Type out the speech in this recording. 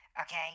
Okay